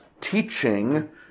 teaching